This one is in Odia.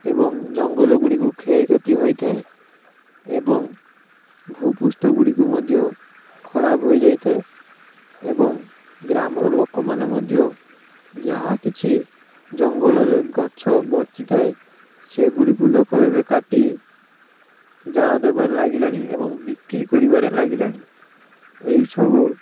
ଏବଂ ଜଙ୍ଗଲ ଗୁଡ଼ିକ କ୍ଷୟ କ୍ଷତି ହୋଇଥାଏ ଏବଂ ଭୂପୃଷ୍ଠ ଗୁଡ଼ିକୁ ମଧ୍ୟ ଖରାପ ହୋଇଯାଇଥାଏ ଏବଂ ଗ୍ରାମର ଲୋକମାନେ ମଧ୍ୟ ଯାହାକିଛି ଜଙ୍ଗଲରେ ଗଛ ବଞ୍ଚିଥାଏ ସେଗୁଡ଼ିକୁ ଲୋକ ଏବେ କାଟି ଜାଳ ଦେବାରେ ଲାଗିଲେଣି ଏବଂ ବିକ୍ରି କରିବାରେ ଲାଗିଲାଣି ଏହିସବୁ